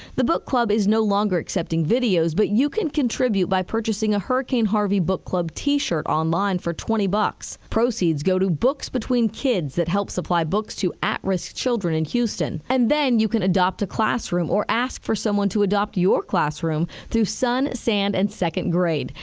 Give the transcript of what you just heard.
the book club is no longer accepting videos, but you can contribute by purchasing a hurricane harvey book club tee shirt on-line for twenty bucks. proceeds go to books between kids that help supply books to at-risk children in houston. and then you can adopt a classroom or ask for someone to adopt your classroom to sun, sand and second grade.